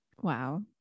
Wow